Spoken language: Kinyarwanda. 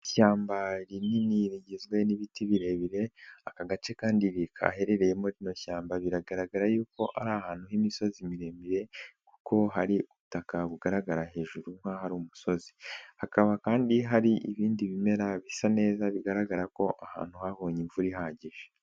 Ishyamba rinini rigizwe n'ibiti birebire, aka gace kandi gaherereyemo rino shyamba biragaragara yuko ari ahantu h'imisozi miremire kuko hari ubutaka bugaragara hejuru nk'ahari umusozi. Hakaba kandi hari ibindi bimera bisa neza, bigaragara ko ahantu habonye imvura ihagije.